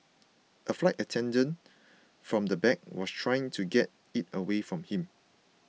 a flight attendant from the back was trying to get it away from him